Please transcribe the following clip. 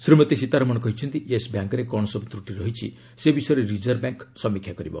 ଶ୍ରୀମତୀ ସୀତାରମଣ କହିଛନ୍ତି ୟେସ୍ ବ୍ୟାଙ୍କ୍ରେ କ'ଣ ସବୁ ତ୍ରଟି ରହିଛି ସେ ବିଷୟରେ ରିଜର୍ଭ ବ୍ୟାଙ୍କ୍ ସମୀକ୍ଷା କରିବ